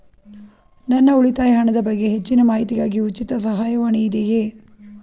ನನ್ನ ಉಳಿತಾಯ ಹಣದ ಬಗ್ಗೆ ಹೆಚ್ಚಿನ ಮಾಹಿತಿಗಾಗಿ ಉಚಿತ ಸಹಾಯವಾಣಿ ಇದೆಯೇ?